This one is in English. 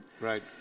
right